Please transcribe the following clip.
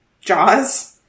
Jaws